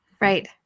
right